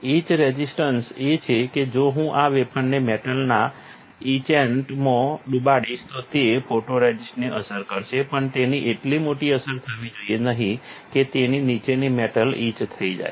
each resistance એ છે કે જો હું આ વેફરને મેટલના ઈચેન્ટ માં ડૂબાડીશ તો તે ફોટોરઝિસ્ટને અસર કરશે પણ તેની એટલી મોટી અસર થવી જોઈએ નહીં કે તેની નીચેની મેટલ ઇચ થઈ જાય